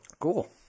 Cool